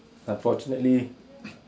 unfortunately